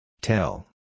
Tell